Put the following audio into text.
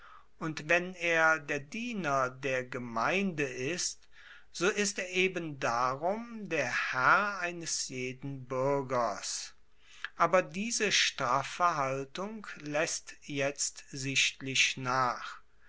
und wenn er der diener der gemeinde ist so ist er eben darum der herr eines jeden buergers aber diese straffe haltung laesst jetzt sichtlich nach